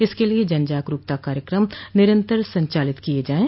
इसके लिए जन जागरूकता कार्यक्रम निरंतर संचालित किये जायें